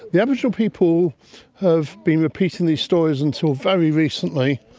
the aboriginal people have been repeating these stories until very recently.